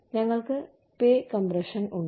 ഞങ്ങൾക്ക് pay compression ഉണ്ട്